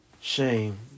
Shame